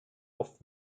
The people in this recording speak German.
oft